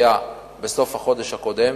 בסוף החודש הקודם: